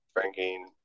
Drinking